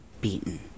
beaten